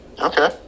Okay